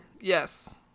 Yes